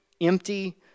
Empty